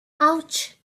ouch